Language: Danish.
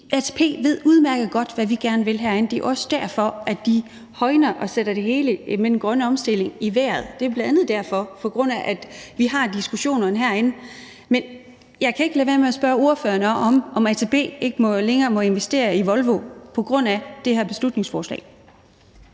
ATP ved udmærket godt, hvad vi gerne vil herinde. Det er også derfor, at de sætter hele det med den grønne omstilling i vejret. Det er bl.a. derfor, altså fordi vi har diskussionerne herinde. Men jeg kan ikke lade være med at spørge ordføreren, om ATP ikke længere må investere i Volvo på grund af det her beslutningsforslag.